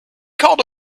called